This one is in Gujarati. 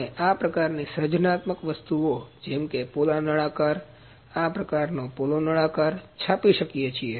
આપણે આ પ્રકારની સર્જનાત્મક વસ્તુઓ જેમ કે પોલા નળાકાર આ પ્રકારના પોલો નળાકાર છાપી શકીએ છીએ